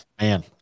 man